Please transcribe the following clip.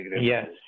Yes